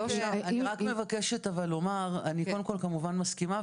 אני רק מבקשת אבל לומר - אני קודם כל כמובן מסכימה,